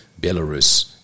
Belarus